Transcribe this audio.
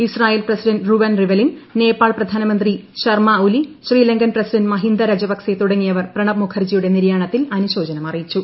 Israel president Reuven Rivlin Nepal പ്രധാനമന്ത്രി Sharma Oli Sri Lankan president Mahinda Rajapaksa തുടങ്ങിയവർ പ്രണബ് മുഖർജിയുടെ നിര്യാണത്തിൽ അനുശോചനം അറിയിച്ചു